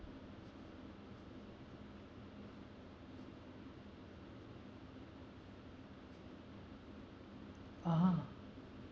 (uh huh)